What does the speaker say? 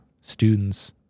students